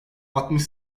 altmış